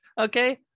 okay